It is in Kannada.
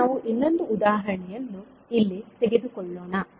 ಈಗ ನಾವು ಇನ್ನೊಂದು ಉದಾಹರಣೆಯನ್ನು ಇಲ್ಲಿ ತೆಗೆದುಕೊಳ್ಳೋಣ